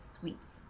sweets